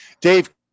Dave